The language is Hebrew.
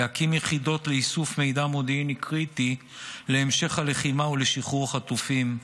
להקים יחידות לאיסוף מידע מודיעיני קריטי להמשך הלחימה ולשחרור החטופים,